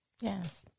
Yes